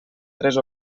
tres